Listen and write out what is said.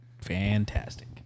fantastic